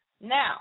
Now